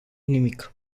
nimic